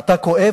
אתה כואב,